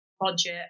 budget